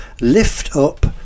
lift-up